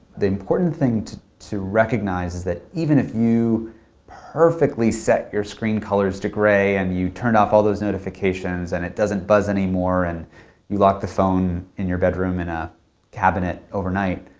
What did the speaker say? the important thing to to recognize is that even if you perfectly set your screen colors to gray, and you turn off all those notifications, and it doesn't buzz anymore, and you lock the phone in your bedroom in a cabinet overnight,